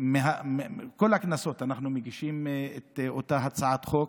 בכל הכנסות הגשנו את אותה הצעת חוק.